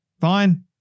fine